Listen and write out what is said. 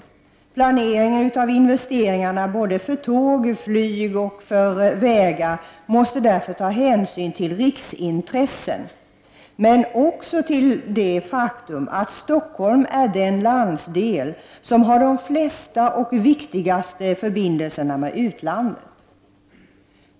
Vid planeringen av investeringarna för såväl tåg och flyg som vägar måste man därför ta hänsyn till riksintressen men också till det faktum att Stockholm är den landsdel som har de flesta och viktigaste förbindelserna med utlandet.